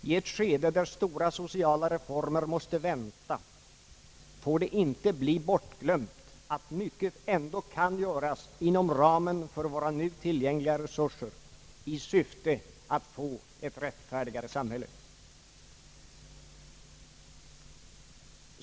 I ett skede där stora sociala reformer måste vänta får det inte bli bortglömt att mycket ändå kan göras inom ramen för våra nu tillgängliga resurser i syfte att få ett rättfärdigare samhälle.